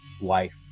wife